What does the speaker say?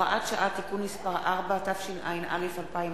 (הוראת שעה) (תיקון מס' 4), התשע"א 2011,